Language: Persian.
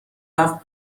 رفت